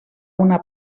una